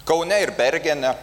kaune ir bergene